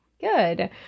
Good